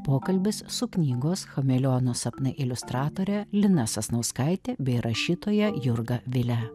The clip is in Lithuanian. pokalbis su knygos chameleono sapnai iliustratore lina sasnauskaite bei rašytoja jurga vile